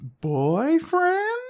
Boyfriend